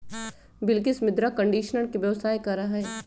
बिलकिश मृदा कंडीशनर के व्यवसाय करा हई